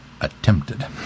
Attempted